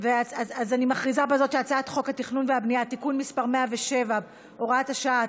אני מכריזה בזאת שהצעת חוק התכנון והבנייה (תיקון מס' 107 והוראת שעה),